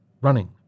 running